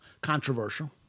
controversial